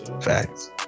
facts